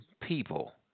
people